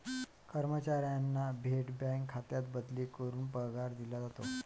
कर्मचाऱ्यांना थेट बँक खात्यात बदली करून पगार दिला जातो